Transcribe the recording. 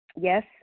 yes